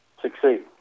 succeed